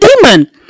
demon